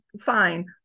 fine